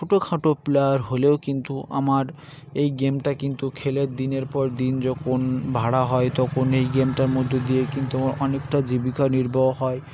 ছোটোখাটো প্লেয়ার হলেও কিন্তু আমার এই গেমটা কিন্তু খেলের দিনের পর দিন যখন ভাড়া হয় তখন এই গেমটার মধ্যে দিয়ে কিন্তু আমার অনেকটা জীবিকা নির্বাহ হয়